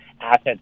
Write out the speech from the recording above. assets